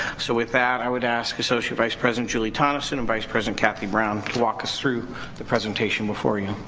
so with that i would ask associate vice president julie tonneson and vice president kathy brown to walk us through the presentation before you.